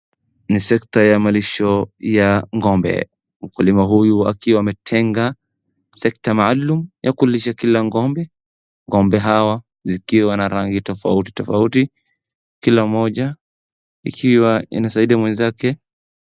Ni sector ya malisho ya ng'ombe, mkulima huyu akiwa ametenga sector maalum ya kulisha kila ng'ombe, ngombe hawa zikiwa na rangi tofauti tofauti kila mmoja ikiwa inasaidia mwenzake.